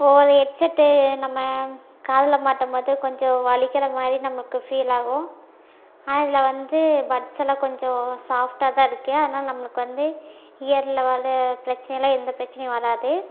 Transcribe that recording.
ஒவ்வொரு ஹெட்செட்டு நம் காதில் மாட்டும்போது கொஞ்சம் வலிக்கற மாதிரி நம்மளுக்கு ஃபீல் ஆகும் ஆனால் இதில் வந்து பட்ஸெல்லாம் கொஞ்சம் சாஃப்ட்டாகதான் இருக்குது அதனால் நம்மளுக்கு வந்து இயரில் வர பிரச்சினயெல்லாம் எந்த பிரச்சினையும் வராது